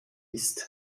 ist